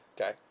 okay